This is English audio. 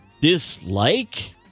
dislike